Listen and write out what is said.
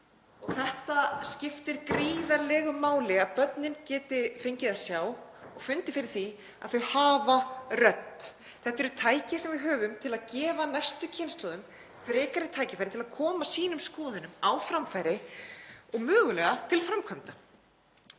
Það skiptir gríðarlegu máli að börnin geti fengið að sjá og fundið fyrir því að þau hafa rödd. Þetta eru tæki sem við höfum til að gefa næstu kynslóðum frekari tækifæri til að koma sínum skoðunum á framfæri og mögulega til framkvæmda.